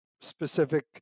specific